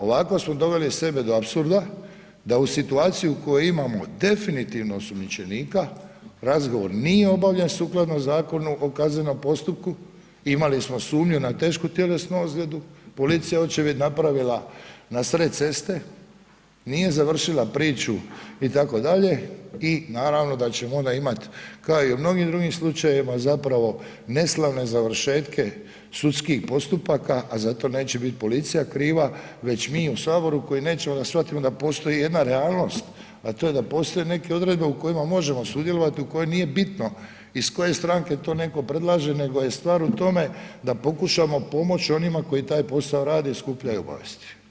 Ovako smo doveli sebe do apsurda, da u situaciji u kojoj imamo definitivno osumnjičenika, razgovor nije obavljen sukladno Zakonu o kaznenom postupku, imali smo sumnju na tešku tjelesnu ozljedu, policija je očevid napravila nasred ceste, nije završila priču itd. i naravno da ćemo onda imat kao i u mnogim drugim slučajevima zapravo neslavne završetke sudskih postupaka a zato neće bit policija kriva već mi u Saboru koji nećemo da shvatimo da postoji jedna realnost a to je postoje neke odredbe u kojima možemo sudjelovati, u kojoj nije bitno iz koje stranke to netko predlaže, nego je stvar u tome da pokušamo pomoć onima koji taj posao rade i skupljaju obavijesti.